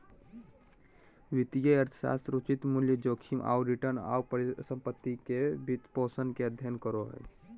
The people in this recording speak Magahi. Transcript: वित्तीय अर्थशास्त्र उचित मूल्य, जोखिम आऊ रिटर्न, आऊ परिसम्पत्ति के वित्तपोषण के अध्ययन करो हइ